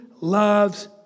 loves